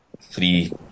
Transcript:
three